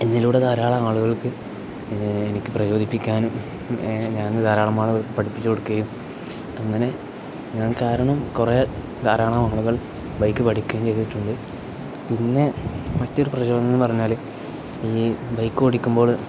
എന്നിലൂടെ ധാരാളം ആളുകൾക്ക് എനിക്ക് പ്രചോദിപ്പിക്കാനും ഞാൻ ധാരാളം ആളുകൾക്ക് പഠിപ്പിച്ച് കൊടുക്കുകയും അങ്ങനെ ഞാൻ കാരണം കുറേ ധാരാളം ആളുകൾ ബൈക്ക് പഠിക്കുകയും ചെയ്തിട്ടുണ്ട് പിന്നെ മറ്റൊരു പ്രചോദനം എന്ന് പറഞ്ഞാൽ ഈ ബൈക്ക് ഓടിക്കുമ്പോൾ